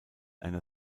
einer